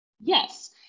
Yes